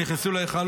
ונכנסו להיכל,